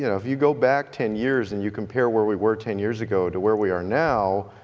you know if you go back ten years and you compare where we were ten years ago to where we are now,